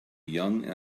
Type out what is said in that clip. young